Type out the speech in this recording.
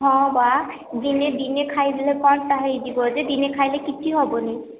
ହଁ ବା ଦିନେ ଦିନେ ଖାଇଦେଲେ କଣ ଟା ହେଇଯିବ ଯେ ଦିନେ ଖାଇଲେ କିଛି ହେବନି